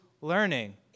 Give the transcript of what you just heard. learning